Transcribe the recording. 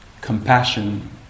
compassion